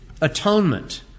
atonement